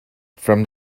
from